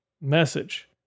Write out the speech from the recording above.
message